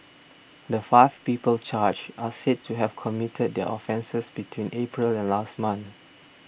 the five people charged are said to have committed their offences between April and last month